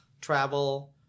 travel